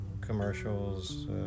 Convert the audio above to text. commercials